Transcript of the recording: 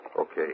Okay